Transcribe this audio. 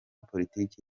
politiki